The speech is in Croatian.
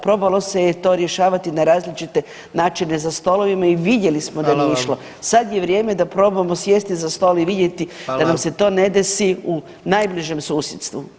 Probalo se je to rješavati na različite načine za stolovima i vidjeli smo da nije išlo [[Upadica: Hvala vam.]] sad je vrijeme da probamo sjesti za stol i vidjeti [[Upadica: Hvala.]] da nam se to ne desi u najbližem susjedstvu.